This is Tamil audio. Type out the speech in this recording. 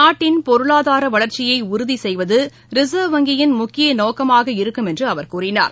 நாட்டின் பொருளாதாரவளர்ச்சியைஉறுதிசெய்வதறிசர்வ் வங்கியின் முக்கியநோக்கமாக இருக்கும் என்றுஅவர் கூறினார்